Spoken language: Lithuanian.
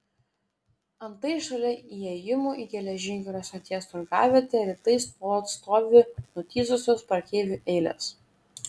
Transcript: antai šalia įėjimų į geležinkelio stoties turgavietę rytais nuolat stovi nutįsusios prekeivių eilės